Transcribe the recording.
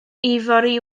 ifori